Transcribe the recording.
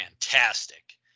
fantastic